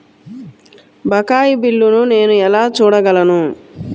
బకాయి బిల్లును నేను ఎలా చూడగలను?